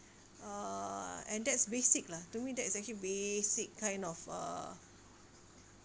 uh and that's basic lah to me that is actually basic kind of uh